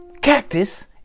cactus